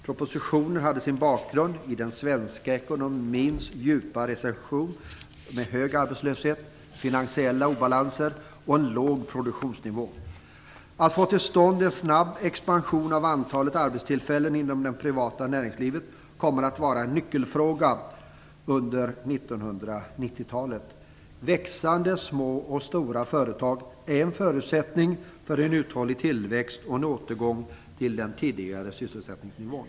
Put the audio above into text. Propositionen hade sin bakgrund i den svenska ekonomins kraftiga recession med hög arbetslöshet, finansiella obalanser och en låg produktionsnivå. Att få till stånd en snabb expansion av antalet arbetstillfällen inom det privata näringslivet kommer att vara en nyckelfråga under 1990-talet. Växande små och stora företag är en förutsättning för en uthållig tillväxt och en återgång till den tidigare sysselsättningsnivån.